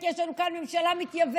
כי יש לנו כאן ממשלה מתייוונת